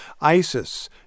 ISIS